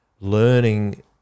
learning